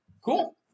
Cool